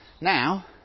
Now